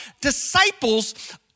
disciples